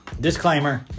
disclaimer